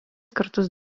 kartus